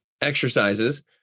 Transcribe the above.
exercises